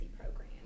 program